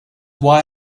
why